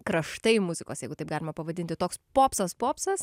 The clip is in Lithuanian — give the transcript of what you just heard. kraštai muzikos jeigu taip galima pavadinti toks popsas popsas